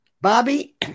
Bobby